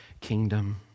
kingdom